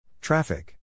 Traffic